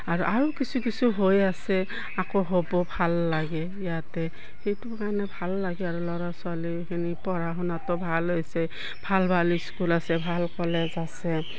আৰু আৰু কিছু কিছু হৈ আছে আকৌ হ'ব ভাল লাগে ইয়াতে সেইটো কাৰণে ভাল লাগে আৰু ল'ৰা ছোৱালীখিনি পঢ়া শুনাটো ভাল হৈছে ভাল ভাল স্কুল আছে ভাল কলেজ আছে